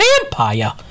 Vampire